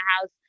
house